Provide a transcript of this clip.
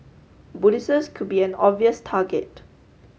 Buddhists could be an obvious target